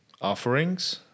offerings